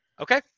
okay